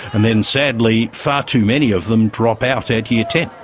and then sadly far too many of them drop out at year ten.